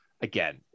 again